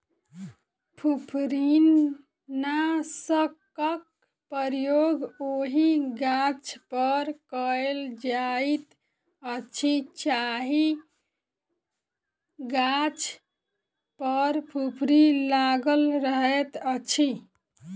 फुफरीनाशकक प्रयोग ओहि गाछपर कयल जाइत अछि जाहि गाछ पर फुफरी लागल रहैत अछि